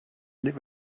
live